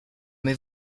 mais